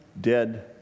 dead